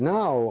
now